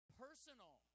personal